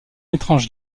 étrange